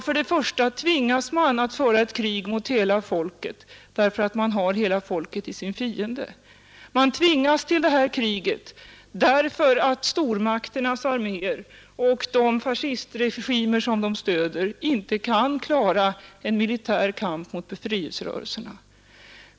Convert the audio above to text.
Först och främst tvingas man att föra krig mot hela folket därför att man har hela folket till sin fiende. Man tvingas till det här kriget därför att stormakternas arméer och de fascistregimer som de stöder inte kan klara en militär kamp mot befrielserörelserna.